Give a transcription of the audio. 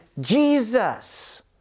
Jesus